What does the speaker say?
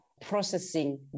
processing